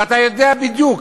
ואתה יודע בדיוק